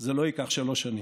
זה לא ייקח שלוש שנים.